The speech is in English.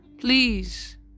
please